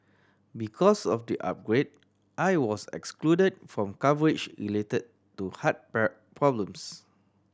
because of the upgrade I was excluded from coverage related to heart problems